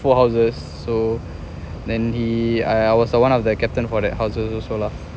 four houses so then he I was the one of their captain for that houses also lah